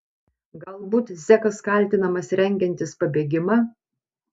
galbūt zekas kaltinamas rengiantis pabėgimą